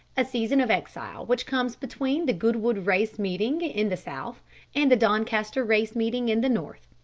a season of exile which comes between the goodwood race meeting in the south and the doncaster race meeting in the north.